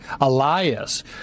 Elias